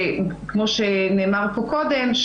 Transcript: כמו שנאמר פה קודם,